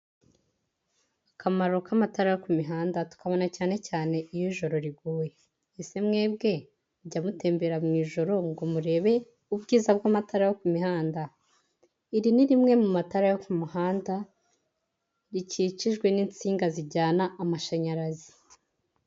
Akamaro k'amatara yo ku mihanda, tukabona cyane cyane iyo ijoro riguye. Ese mwebwe, mujya mutembera mu ijoro ngo murebe ubwiza bw'amatara yo ku mihanda? Iri ni rimwe mu matara yo ku muhanda, rikikijwe n'insinga zijyana amashanyarazi.